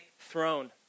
throne